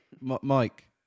Mike